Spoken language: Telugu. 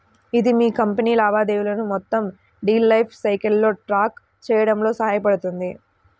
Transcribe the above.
ఇది మీ కంపెనీ లావాదేవీలను మొత్తం డీల్ లైఫ్ సైకిల్లో ట్రాక్ చేయడంలో సహాయపడుతుంది